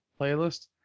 playlist